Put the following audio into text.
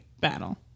battle